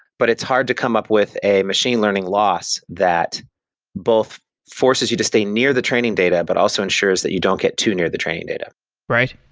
but it's hard to come up with a machine learning loss that both forces you to stay near the training data, but also ensures that you don't get too near the training data right.